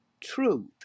truth